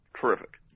terrific